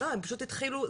- הם פשוט התחילו,